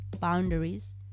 boundaries